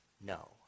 no